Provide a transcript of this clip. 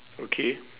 okay